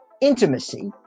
intimacy